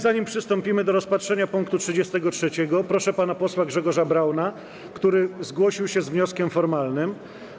Zanim przystąpimy do rozpatrzenia punktu 33., proszę pana posła Grzegorza Brauna, który zgłosił się z wnioskiem formalnym.